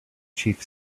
chief